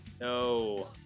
No